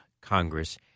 Congress